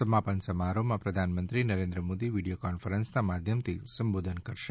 સમાપન સમારોહમાં પ્રધાનમંત્રી શ્રી નરેન્દ્ર મોદી વીડીયો કોન્ફરન્સના માધ્યમથી સંબોધન કરશે